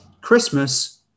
Christmas